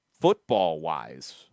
Football-wise